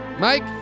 Mike